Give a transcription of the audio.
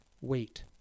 wait